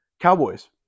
Cowboys